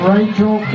Rachel